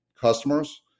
customers